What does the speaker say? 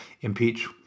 impeach